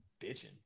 bitching